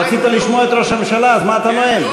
רצית לשמוע את ראש הממשלה, אז מה אתה נואם?